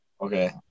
okay